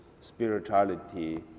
spirituality